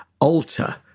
alter